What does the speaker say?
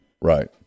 Right